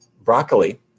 broccoli